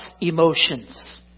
emotions